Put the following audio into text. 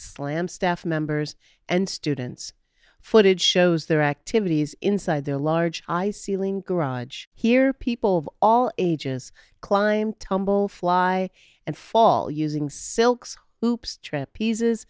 slim staff members and students footage shows their activities inside their large high ceilinged garage here people of all ages climb tumble fly and fall using silks loops trip pieces